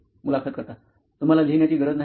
मुलाखत कर्ता तुम्हाला लिहण्याची गरज नाही का